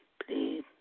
please